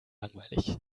langweilig